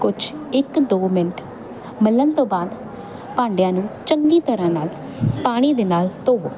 ਕੁਛ ਇੱਕ ਦੋ ਮਿੰਟ ਮਲਣ ਤੋਂ ਬਾਅਦ ਭਾਂਡਿਆਂ ਨੂੰ ਚੰਗੀ ਤਰ੍ਹਾਂ ਨਾਲ ਪਾਣੀ ਦੇ ਨਾਲ ਧੋਵੋ